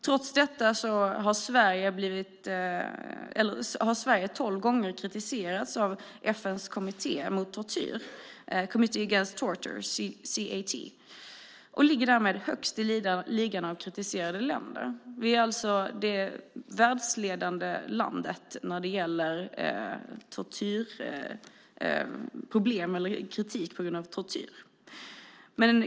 Trots detta har Sverige tolv gånger kritiserats av FN:s kommitté mot tortyr, Committee Against Torture, CAT, och ligger därmed högst i ligan av kritiserade länder. Vi är alltså det land som är världsledande i att ha fått kritik när det gäller tortyr.